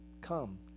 come